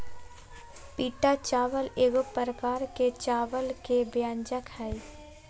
पीटा चावल एगो प्रकार के चावल के व्यंजन हइ